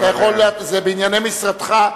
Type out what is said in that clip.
זה בענייני משרתך,